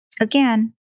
Again